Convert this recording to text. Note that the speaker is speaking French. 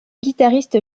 guitariste